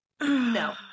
No